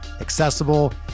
accessible